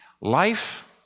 Life